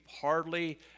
hardly